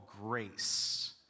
grace